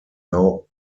now